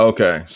Okay